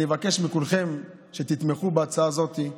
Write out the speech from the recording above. אני מבקש מכולכם שתתמכו בהצעת הזאת,